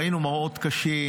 ראינו מראות קשים,